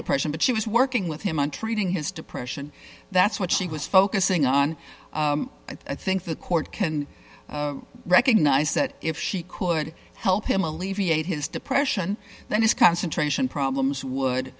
depression but she was working with him on treating his depression that's what she was focusing on i think the court can recognize that if she could help him alleviate his depression then his concentration problems would